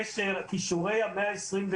כישורי המאה ה-21,